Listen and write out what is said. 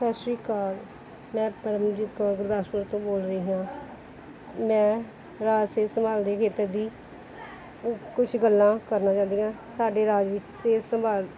ਸਤਿ ਸ਼੍ਰੀ ਅਕਾਲ ਮੈਂ ਪਰਮਜੀਤ ਕੌਰ ਗੁਰਦਾਸਪੁਰ ਤੋਂ ਬੋਲ ਰਹੀ ਹਾਂ ਮੈਂ ਰਾਜ ਸਿਹਤ ਸੰਭਾਲ ਦੇ ਖੇਤਰ ਦੀ ਕੁਛ ਗੱਲਾਂ ਕਰਨਾ ਚਾਹੁੰਦੀ ਹਾਂ ਸਾਡੇ ਰਾਜ ਵਿੱਚ ਸਿਹਤ ਸੰਭਾਲ